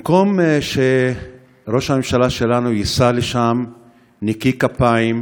במקום שראש הממשלה שלנו ייסע לשם נקי כפיים,